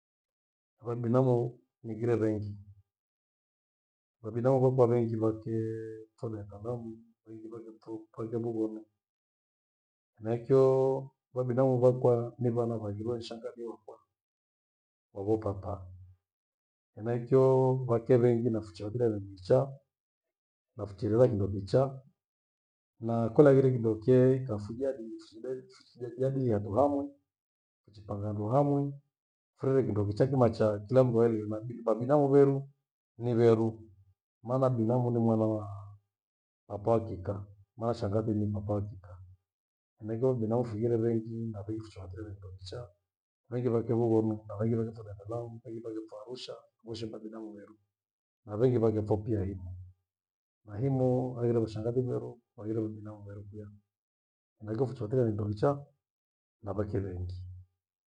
Va binamu nighire vengi. Va binamu vakuwa vengi vakee pho Dar- es- salaam. Vengi vakipho vake vughonu. Henaichoo vabinamu vyakwa ni vana vaghiriwe ni shaghazi yeokwa, wavo papa. Henaicho vake vengi naficha furereana micha, na ficha hila kindo kichaa. Na kola kileghire kindo kyaeka kafugia duwichi chindechi chije jadilia tu hamwi, njipangandu hamwi, furere kindo kichaa kimacha kila mndu alehirima kindu vakwe. Mabinamu veru ni veru maana binamu ni mwana waa papa wa kika, maana shangazi ni papa wa kika. Henaicho mabinamu fughire vengi nabifushangire kindo kichaa. Vengi vake vughonu na vengi vakepho Dar- es- salaam, vengi vakepho Arusha voshe niva binamu veru, na vengi vakepho pia Himo. Na Himoo, hangire mashangazi veru waghire wethinau mweru kia. Henaicho mficho wate haindo lichaa na vakirenyiki.